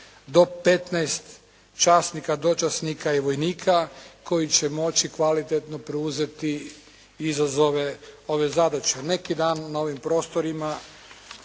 do 15 časnika, dočasnika i vojnika koji će moći kvalitetno preuzeti izazove ove zadaće. Neki dan na ovim prostorima